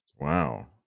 Wow